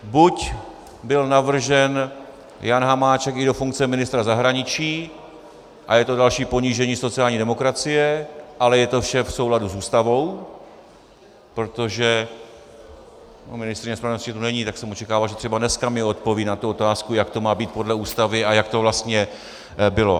Buď byl navržen Jan Hamáček i do funkce ministra zahraničí a je to další ponížení sociální demokracie, ale je to vše v souladu s Ústavou, protože ministryně spravedlnosti tu není, tak jsem očekával, že třeba dneska mi odpoví na tu otázku, jak to má být podle Ústavy a jak to vlastně bylo.